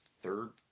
third